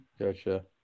Gotcha